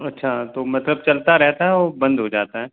अच्छा तो मतलब चलता रहता है और बंद हो जाता है